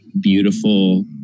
beautiful